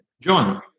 John